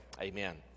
amen